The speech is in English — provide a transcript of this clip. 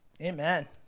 Amen